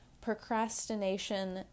procrastination